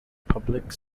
public